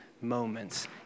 moments